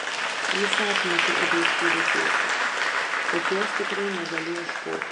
jis atmetė objektyvią tiesą tad jos tikrai negali ieškoti